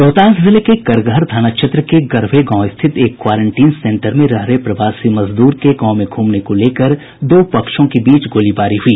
रोहतास जिले के करगहर थाना क्षेत्र के गरभे गांव स्थित एक क्वारेंटीन सेंटर में रह रहे प्रवासी मजदूर के गांव में घूमने को लेकर दो पक्षों के बीच गोलीबारी हुई